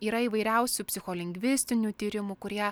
yra įvairiausių psicholingvistinių tyrimų kurie